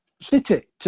City